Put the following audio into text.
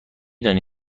دانی